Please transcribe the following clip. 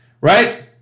right